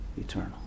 eternal